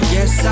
Yes